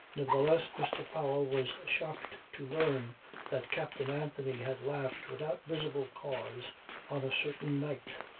nevertheless mr. powell was shocked to learn that captain anthony had laughed without visible cause on a certain night.